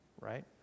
right